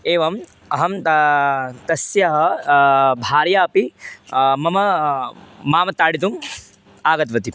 एवम् अहं तस्य भार्या अपि मां मां ताडयितुम् आगतवती